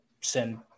send